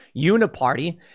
uniparty